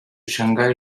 shanghai